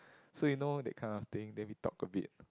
so you know that kind of thing then we talk a bit